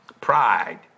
pride